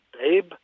Babe